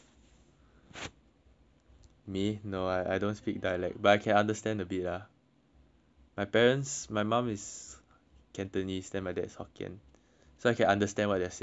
me no I don't speak dialect but I can understand a bit lah my parents my mum is cantonese then my dad's hokkien so I can understand what they're saying but I can't really speak it